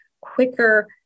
quicker